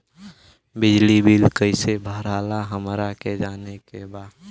बिजली बिल कईसे भराला हमरा के जाने के बा?